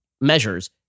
measures